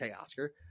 Oscar